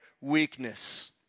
weakness